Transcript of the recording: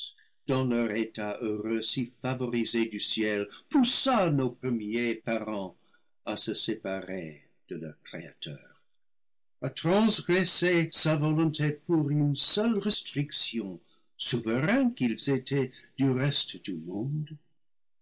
dans leur état heureux si favorisé du ciel poussa nos premiers parents à se séparer de leur créateur à transgresser sa volonté pour une seule restriction souverains qu'ils étaient du reste du monde